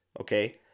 Okay